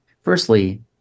firstly